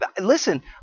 Listen